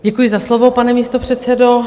Děkuji za slovo, pane místopředsedo.